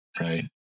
right